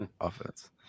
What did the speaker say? offense